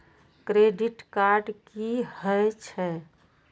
Credit card की हे छे?